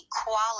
equality